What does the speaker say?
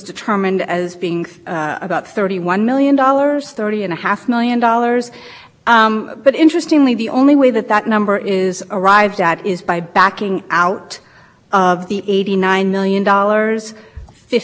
which itself from the appraisal in the documents that the hospital produced itself suggests is somewhat of an arbitrary number because thirty three million dollars of